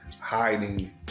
hiding